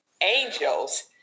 angels